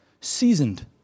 Seasoned